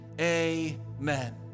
amen